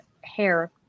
hair